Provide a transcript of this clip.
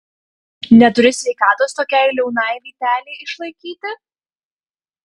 neturi sveikatos tokiai liaunai vytelei išlaikyti